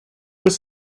was